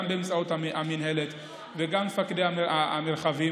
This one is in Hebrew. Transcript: גם באמצעות המינהלת וגם מפקדי המרחבים.